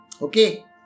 Okay